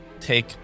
take